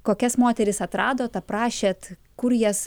kokias moteris atradot aprašėt kur jas